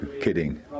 Kidding